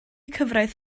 cyfraith